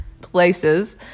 places